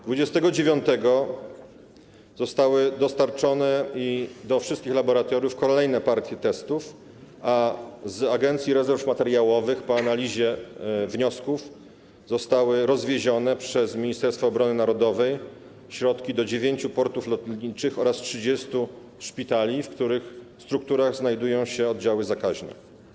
Dwudziestego dziewiątego zostały dostarczone do wszystkich laboratoriów kolejne partie testów, a z Agencji Rezerw Materiałowych po analizie wniosków zostały rozwiezione przez Ministerstwo Obrony Narodowej środki do dziewięciu portów lotniczych oraz 30 szpitali, w których strukturach znajdują się oddziały zakaźne.